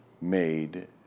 made